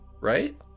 right